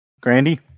Grandy